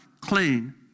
clean